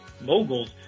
moguls